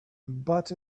but